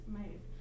made